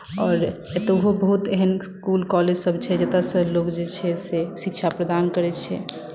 आओर ओतहुओ बहुत एहन इस्कुल कॉलेजसभ छै जतयसँ लोग जे छै से शिक्षा प्रदान करैत छै